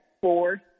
four